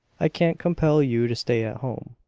i can't compel you to stay at home.